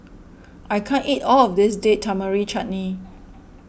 I can't eat all of this Date Tamarind Chutney